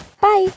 Bye